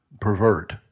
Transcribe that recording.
pervert